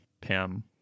Pam